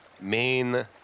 main